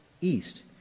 east